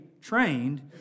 trained